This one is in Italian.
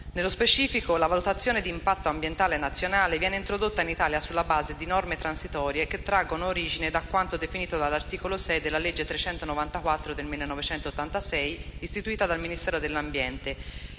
Nello specifico, la valutazione di impatto ambientale nazionale viene introdotta in Italia sulla base di norme transitorie che traggono origine da quanto definito dall'articolo 6 della legge n. 394 del 1986 istitutiva del Ministero dell'ambiente